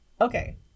Okay